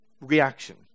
reaction